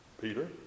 Peter